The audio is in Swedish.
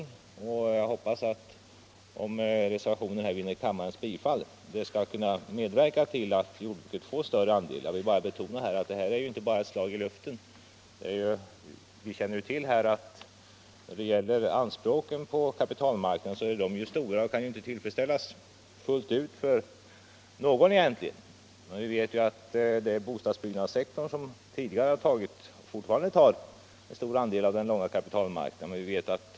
Om reservationen vinner kammarens bifall hoppas jag detta skall kunna medverka till att jordbruket får en större andel på kapitalmarknaden. Jag vill betona att det här inte är ett slag i luften. Anspråken på kapitalmarknaden är stora och kan inte tillfredsställas fullt ut för egentligen någon. Det är bostadsbyggnadssektorn som tidigare tagit och fortfarande tar en stor del av den långa kapitalmarknaden i anspråk.